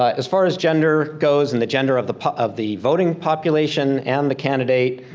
ah as far as gender goes and the gender of the of the voting population and the candidate,